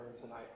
tonight